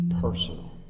personal